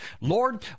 Lord